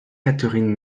catherine